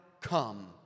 come